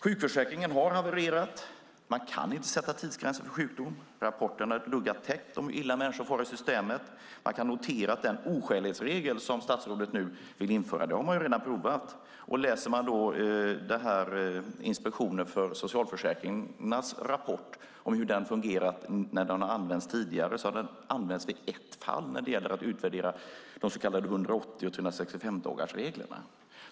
Sjukförsäkringen har havererat. Man kan inte sätta tidsgränser för sjukdom. Rapporterna duggar tätt om hur illa människor far i systemet. Vi kan notera att den oskälighetsregel som statsrådet nu vill införa har man redan provat. Läser man rapporten från Inspektionen för socialförsäkringen om hur den har fungerat när den har använts tidigare kan man se att den har använts i ett fall för att utvärdera de så kallade 180 och 365-dagarsreglerna.